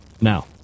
Now